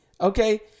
Okay